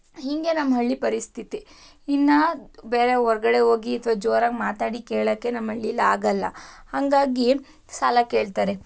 ಹೀಗೆ ನಮ್ಮ ಹಳ್ಳಿಯ ಪರಿಸ್ಥಿತಿ ಇನ್ನೂ ಬೇರೆ ಹೊರಗಡೆ ಹೋಗಿ ಅಥವಾ ಜೋರಾಗಿ ಮಾತಾಡಿ ಕೇಳೋಕ್ಕೆ ನಮ್ಮಳ್ಳಿಲಿ ಆಗಲ್ಲ ಹಾಗಾಗಿ ಸಾಲ ಕೇಳ್ತಾರೆ